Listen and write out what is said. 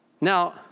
Now